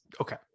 Okay